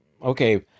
Okay